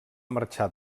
marxar